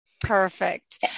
Perfect